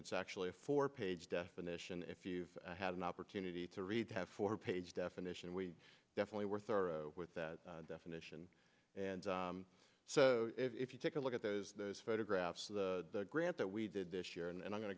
it's actually a four page definition if you've had an opportunity to read have four page definition we definitely worth are with that definition and so if you take a look at those those photographs of the grant that we did this year and i'm going